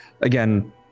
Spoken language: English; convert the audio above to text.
again